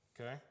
okay